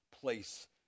place